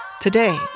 Today